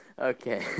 Okay